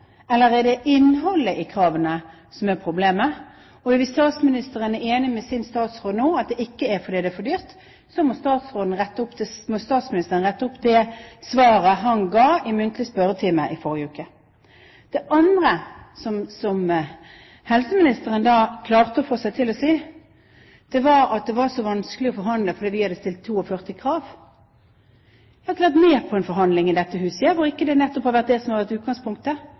Eller er det innholdet i kravene som er problemet? Hvis statsministeren er enig med sin statsråd nå om at det ikke er fordi det er for dyrt, må statsministeren rette opp det svaret han ga i muntlig spørretime i forrige uke. Det andre som helseministeren klarte å få seg til å si, var at det var så vanskelig å forhandle fordi vi hadde stilt 42 krav. Jeg har ikke vært med på en forhandling i dette huset hvor ikke nettopp utgangspunktet har vært